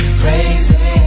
crazy